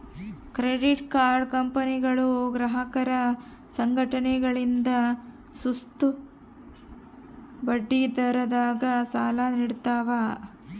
credit card ಕಂಪನಿಗಳು ಗ್ರಾಹಕರ ಸಂಘಟನೆಗಳಿಂದ ಸುಸ್ತಿ ಬಡ್ಡಿದರದಾಗ ಸಾಲ ನೀಡ್ತವ